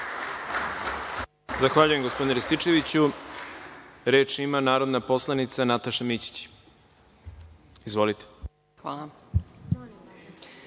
Zahvaljujem, gospodine Rističeviću. Reč ima narodna poslanica Nataša Mićić. Izvolite.